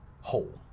whole